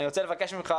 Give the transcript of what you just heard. אני רוצה לבקש ממך,